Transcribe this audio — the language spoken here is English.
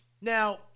Now